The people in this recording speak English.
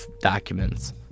documents